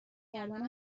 کردن